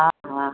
हा हा